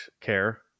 care